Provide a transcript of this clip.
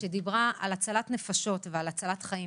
שדיברה על הצלת נפשות ועל הצלת חיים,